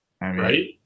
Right